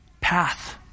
path